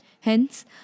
Hence